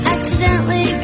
Accidentally